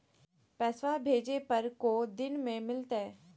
पैसवा भेजे पर को दिन मे मिलतय?